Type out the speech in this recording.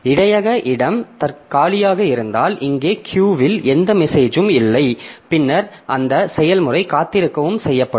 இடையக இடம் காலியாக இருந்தால் இங்கே கியூவில் எந்த மெசேஜூம் இல்லை பின்னர் அந்த செயல்முறை காத்திருக்கவும் செய்யப்படும்